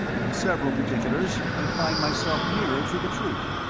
in several particulars i find myself nearer to the truth.